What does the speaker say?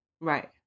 right